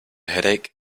headache